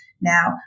now